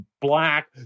black